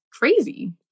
crazy